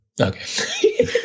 Okay